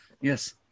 yes